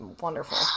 wonderful